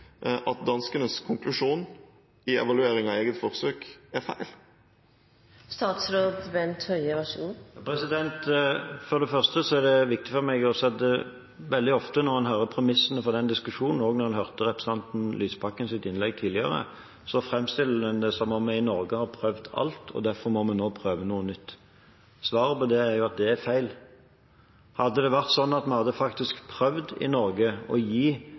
at danskenes konklusjon i evalueringen av eget forsøk er feil? For det første er det viktig for meg å si at veldig ofte når en hører premissene for denne diskusjonen – også da en hørte representanten Lysbakkens innlegg tidligere – framstilles det som om vi i Norge har prøvd alt og derfor må prøve noe nytt. Svaret på det er at det er feil. Hadde det vært slik at vi i Norge faktisk hadde prøvd å gi